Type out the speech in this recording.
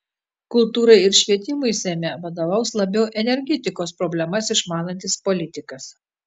kultūrai ir švietimui seime vadovaus labiau energetikos problemas išmanantis politikas